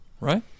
right